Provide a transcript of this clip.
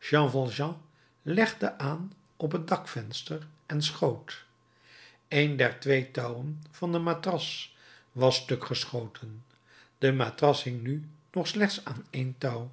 jean valjean legde aan op het dakvenster en schoot een der twee touwen van de matras was stuk geschoten de matras hing nu nog slechts aan één touw